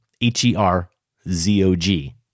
H-E-R-Z-O-G